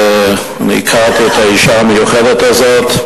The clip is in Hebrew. אני הכרתי את האשה המיוחדת הזאת,